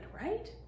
right